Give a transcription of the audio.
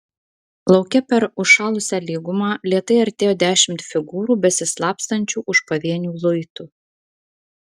lauke per užšalusią lygumą lėtai artėjo dešimt figūrų besislapstančių už pavienių luitų